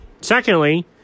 secondly